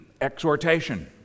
exhortation